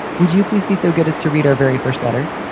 would you please be so good as to read our very first letter?